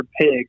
Pig